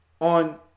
on